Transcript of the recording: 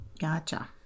Gotcha